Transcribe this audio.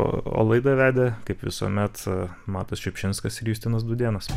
o o laidą vedė kaip visuomet matas šiupšinskas ir justinas dūdėnas